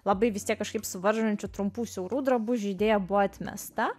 labai vis tiek kažkaip suvaržančių trumpų siaurų drabužių idėja buvo atmesta